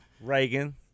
Reagan